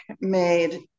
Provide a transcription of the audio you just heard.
made